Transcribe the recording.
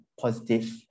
positive